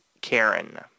Karen